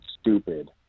stupid